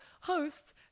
hosts